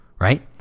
Right